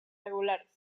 regulares